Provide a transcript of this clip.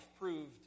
proved